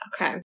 Okay